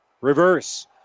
reverse